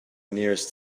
nearest